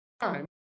time